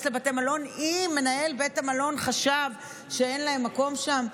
לבתי מלון אם מנהל בית המלון חשב שאין להם מקום שם,